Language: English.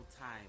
time